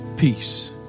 peace